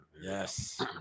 Yes